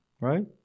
Right